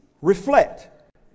reflect